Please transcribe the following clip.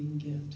gift